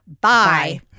bye